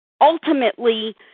Ultimately